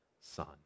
son